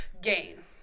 gain